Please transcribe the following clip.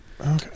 okay